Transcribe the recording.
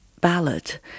ballad